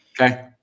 Okay